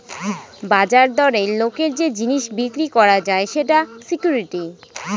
বাজার দরে লোকের যে জিনিস বিক্রি করা যায় সেটা সিকুইরিটি